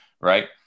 Right